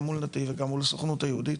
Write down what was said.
גם מול "נתי"ב" וגם מול הסוכנות היהודית,